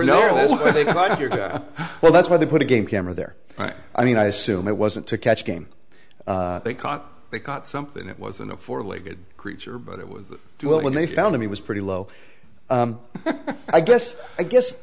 as well that's why they put a game camera there i mean i assume it wasn't to catch game they caught they caught something it wasn't a four legged creature but it was a duel when they found him he was pretty low i guess i guess